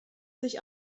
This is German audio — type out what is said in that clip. sich